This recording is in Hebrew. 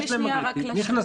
יש להם כרטיס מגנטי נכנסים,